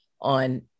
on